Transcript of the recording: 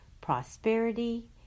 prosperity